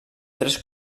tres